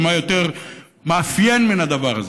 ומה יותר מאפיין מהדבר הזה?